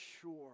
sure